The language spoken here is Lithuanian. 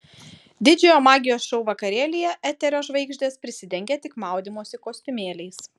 didžiojo magijos šou vakarėlyje eterio žvaigždės prisidengė tik maudymosi kostiumėliais